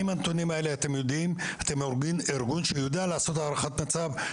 עם הנתונים האלה אתם ארגון שיודע לעשות הערכת מצב,